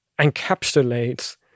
encapsulates